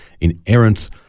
inerrant